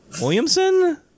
Williamson